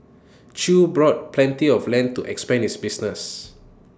chew bought plenty of land to expand his business